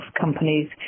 companies